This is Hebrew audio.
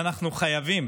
ואנחנו חייבים,